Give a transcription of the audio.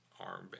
armband